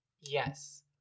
Yes